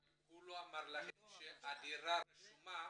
אבל הוא לא אמר לכם שהדירה רשומה